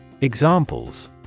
Examples